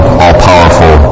all-powerful